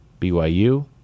BYU